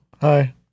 Hi